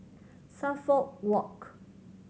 Suffolk Walk